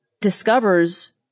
discovers